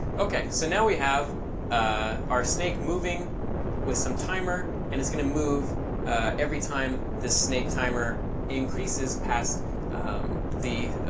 ok. so now we have ah our snake moving with some timer. and it's going to move every time this snake timer increases past the